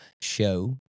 show